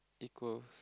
equals